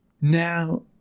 Now